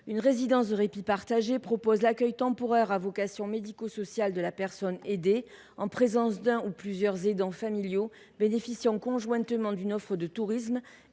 Une résidence de répit partagé propose un accueil temporaire à vocation médico sociale de la personne aidée en présence d’un ou plusieurs aidants familiaux, tout en leur offrant conjointement des prestations de tourisme